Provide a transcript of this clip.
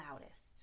loudest